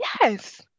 Yes